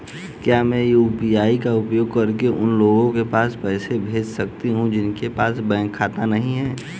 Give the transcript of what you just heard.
क्या मैं यू.पी.आई का उपयोग करके उन लोगों के पास पैसे भेज सकती हूँ जिनके पास बैंक खाता नहीं है?